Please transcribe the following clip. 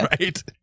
Right